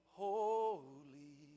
holy